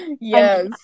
Yes